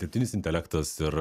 dirbtinis intelektas ir